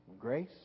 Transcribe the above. grace